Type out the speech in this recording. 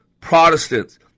Protestants